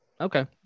Okay